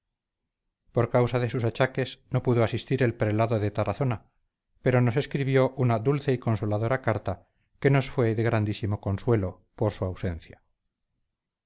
por causa de sus achaques no pudo asistir el prelado de tarazona pero nos escribió una dulce y consoladora carta que nos fue de grandísimo consuelo por su ausencia